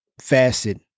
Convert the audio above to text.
facet